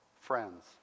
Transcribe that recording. friends